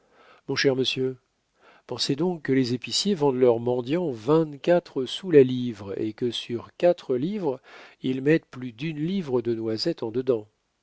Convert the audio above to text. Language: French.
mon cher monsieur pensez donc que les épiciers vendent leurs mendiants vingt-quatre sous la livre et que sur quatre livres ils mettent plus d'une livre de noisettes eu dedans